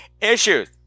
issues